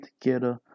together